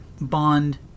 Bond